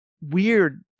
weird